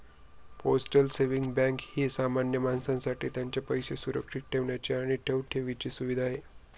postal saving bank ही सामान्य माणसासाठी त्यांचे पैसे सुरक्षित ठेवण्याची आणि ठेव ठेवण्याची सुविधा आहे